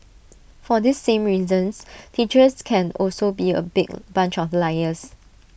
for these same reasons teachers can also be A big bunch of liars